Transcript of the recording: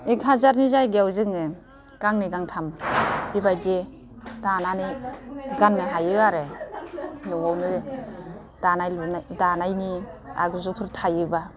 एग हाजारनि जायगयाव जोङो गांनै गांथाम बेबायदि दानानै गाननो हायो आरो नवावनो दानाय लुनाय दानायनि आगजुफोर थायोबा